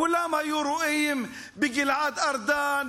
כולם היו רואים בגלעד ארדן,